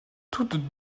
toutes